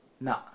No